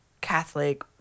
Catholic